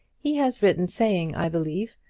he has written, saying, i believe,